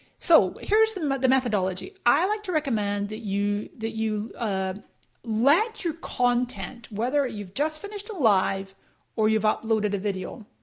so here's and but the methodology. i like to recommend that you that you let your content, whether you've just finished a live or you've uploaded a video,